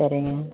சரிங்க